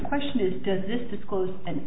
question is does this to school and